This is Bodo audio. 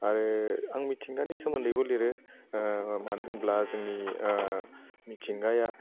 आरो आं मिथिंगानि सोमोन्दैबो लिरो मानो होमब्ला जोंनि मिथिंगाया